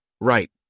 right